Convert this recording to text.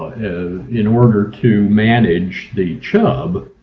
in order to manage the chub,